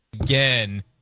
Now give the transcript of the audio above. Again